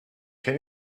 can